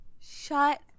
Shut